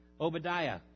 Obadiah